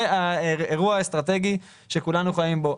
זה אירוע אסטרטגי שכולנו חיים בו.